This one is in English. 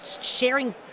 sharing